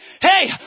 Hey